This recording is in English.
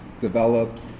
develops